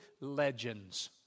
legends